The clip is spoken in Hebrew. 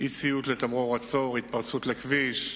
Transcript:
אי-ציות לתמרור עצור, התפרצות לכביש,